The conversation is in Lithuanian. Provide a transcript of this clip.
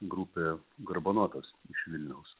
grupė garbanotas iš vilniaus